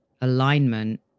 alignment